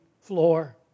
floor